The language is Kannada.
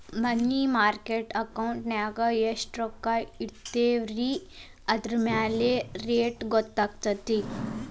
ಮನಿ ಮಾರ್ಕೆಟ್ ಅಕೌಂಟಿನ್ಯಾಗ ಎಷ್ಟ್ ರೊಕ್ಕ ಇಟ್ಟಿರ್ತೇವಿ ಅದರಮ್ಯಾಲೆ ರೇಟ್ ಆಫ್ ಇಂಟರೆಸ್ಟ್ ಡಿಪೆಂಡ್ ಆಗತ್ತ